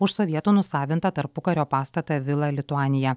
už sovietų nusavintą tarpukario pastatą vila lituanija